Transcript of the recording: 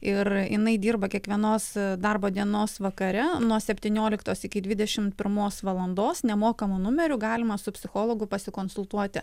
ir jinai dirba kiekvienos darbo dienos vakare nuo septynioliktos iki dvidešimt pirmos valandos nemokamu numeriu galima su psichologu pasikonsultuoti